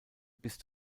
bis